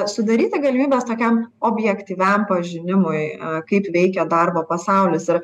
sudaryti galimybes tokiam objektyviam pažinimui kaip veikia darbo pasaulis ir